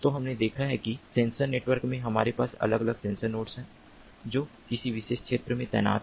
तो हमने देखा है कि सेंसर नेटवर्क में हमारे पास अलग अलग सेंसर नोड हैं जो किसी विशेष क्षेत्र में तैनात हैं